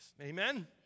Amen